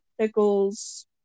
pickles